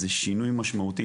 זה שינוי משמעותי,